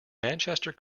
manchester